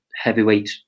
heavyweight